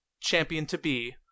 champion-to-be